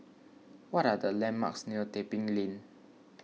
what are the landmarks near Tebing Lane